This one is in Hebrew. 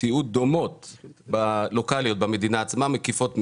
תיעוד דומות לוקליות במדינה עצמה שהן מקיפ7ות מאוד.